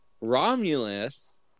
Romulus